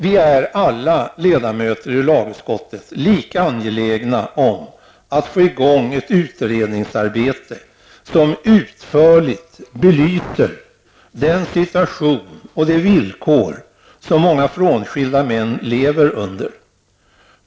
Vi är alla ledamöter i lagutskottet lika angelägna om att få i gång ett utredningsarbete, där man utförligt belyser den situation och de villkor som många frånskilda män lever under.